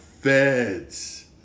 Feds